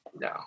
No